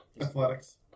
Athletics